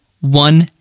one